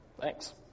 thanks